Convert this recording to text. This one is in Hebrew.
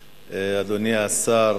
תודה, אדוני השר,